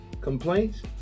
complaints